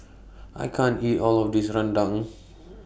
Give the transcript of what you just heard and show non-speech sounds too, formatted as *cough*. I can't eat All of This Rendang *noise*